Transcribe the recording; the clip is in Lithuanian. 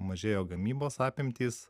mažėjo gamybos apimtys